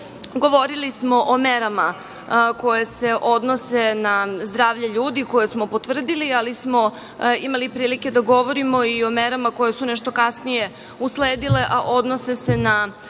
govorili smo o merama koje se odnose na zdravlje ljudi koje smo potvrdili, ali smo imali prilike da govorimo i o merama koje su nešto kasnije usledile, a odnose se na našu